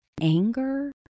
anger